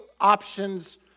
options